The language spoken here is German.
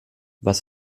was